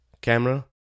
camera